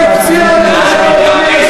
משפט סיום בבקשה.